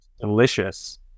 delicious